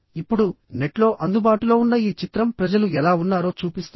ఇప్పుడు నెట్లో అందుబాటులో ఉన్న ఈ చిత్రం ప్రజలు ఎలా ఉన్నారో చూపిస్తుంది